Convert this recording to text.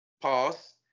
pause